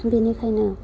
बिनिखायनो